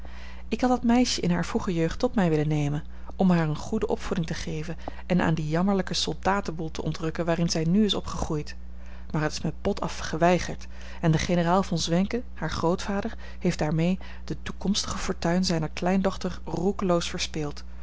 ik had dat meisje in hare vroege jeugd tot mij willen nemen om haar eene goede opvoeding te geven en aan dien jammerlijken soldatenboel te ontrukken waarin zij nu is opgegroeid maar het is mij bot af geweigerd en de generaal von zwenken haar grootvader heeft daarmee de toekomstige fortuin zijner kleindochter roekeloos verspeeld